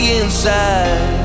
inside